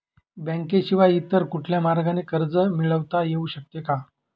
बँकेशिवाय इतर कुठल्या मार्गाने कर्ज मिळविता येऊ शकते का?